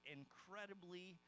incredibly